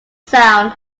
sound